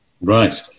Right